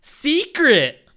secret